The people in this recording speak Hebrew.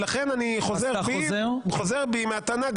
ולכן אני חוזר בי מהטענה,